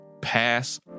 pass